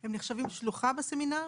הם נחשבים שלוחה בסמינר?